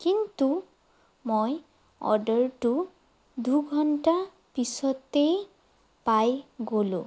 কিন্তু মই অৰ্ডাৰটো দুঘণ্টাৰ পিছতেই পাই গ'লোঁ